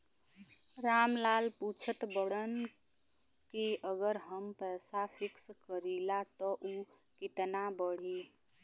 राम लाल पूछत बड़न की अगर हम पैसा फिक्स करीला त ऊ कितना बड़ी?